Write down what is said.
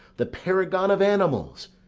the paragon of animals!